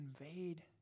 invade